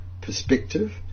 perspective